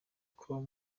com